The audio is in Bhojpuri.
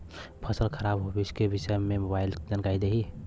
फसल खराब के विषय में मोबाइल जानकारी देही